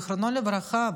זיכרונו לברכה,